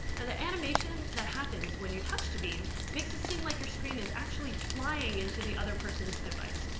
and the animation that happens when you touch to beam makes it seem like your screen is actually flying into the other person's device.